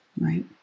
Right